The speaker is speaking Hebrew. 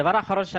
הדבר האחרון.